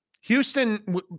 Houston